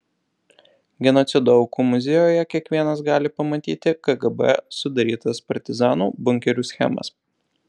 genocido aukų muziejuje kiekvienas gali pamatyti kgb sudarytas partizanų bunkerių schemas